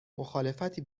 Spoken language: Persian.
مخالفتی